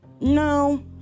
No